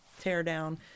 teardown